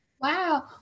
wow